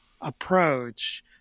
approach